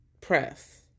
press